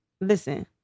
Listen